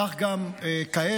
כך גם כעת,